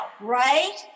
right